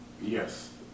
Yes